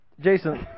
Jason